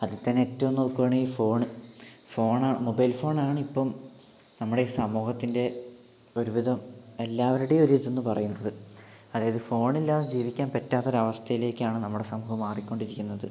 അതിൽത്തന്നെ ഏറ്റവും നോക്കുവാണെങ്കിൽ ഫോണ് ഫോൺ മൊബൈൽ ഫോൺ ആണ് ഇപ്പം നമ്മുടെ ഈ സമൂഹത്തിന്റെ ഒരുവിധം എല്ലാവരുടെയും ഒരു ഇതെന്ന് പറയുന്നത് അതായത് ഫോണില്ലാതെ ജീവിക്കാൻ പറ്റാത്ത ഒരു അവസ്ഥയിലേക്കാണ് നമ്മുടെ സമൂഹം മാറിക്കൊണ്ടിരിക്കുന്നത്